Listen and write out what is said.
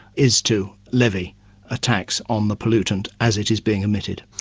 is to levy a tax on the pollutant as it is being emitted.